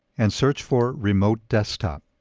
and search for remote desktop